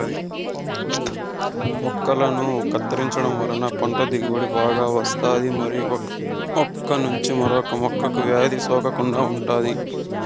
మొక్కలను కత్తిరించడం వలన పంట దిగుబడి బాగా వస్తాది మరియు ఒక మొక్క నుంచి మరొక మొక్కకు వ్యాధి సోకకుండా ఉంటాది